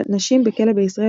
נשים בכלא בישראל,